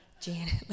janet